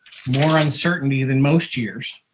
more uncertainty than most years.